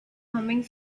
humming